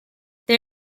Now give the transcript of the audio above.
they